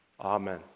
Amen